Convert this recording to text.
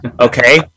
Okay